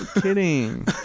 Kidding